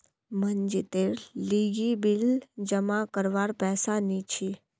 मनजीतेर लीगी बिल जमा करवार पैसा नि छी